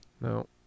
No